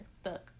stuck